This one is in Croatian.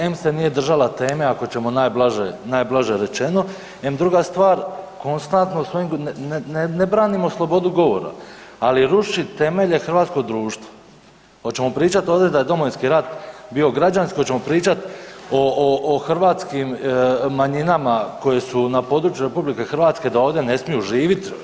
Em se nije držala teme ako ćemo najblaže, najblaže rečeno, em druga stvar konstantno svojim, ne branimo slobodu govora, ali rušit temelje hrvatskog društva, hoćemo pričat ovdje da je Domovinski rat bio građanski, hoćemo pričat o hrvatskim manjinama koje su na području RH da ovdje ne smiju živit?